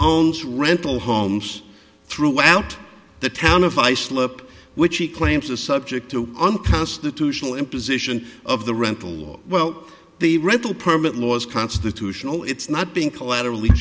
owns rental homes throughout the town of islip which he claims are subject to unconstitutional imposition of the rental law well the rental permit law is constitutional it's not being collateral